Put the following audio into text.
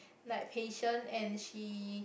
like patient and she